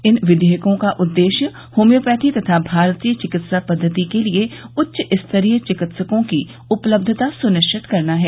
इन विधेयकों का उद्देश्य होम्योपैथी तथा भारतीय चिकित्सा पद्वति के लिए उच्चस्तरीय चिकित्सकों की उपलब्धता सुनिश्चित करना है